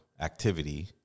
activity